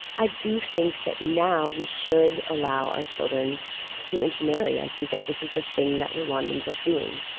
i do think that now we should allow our children to intermarry. i think that this is the thing that rwandans are doing.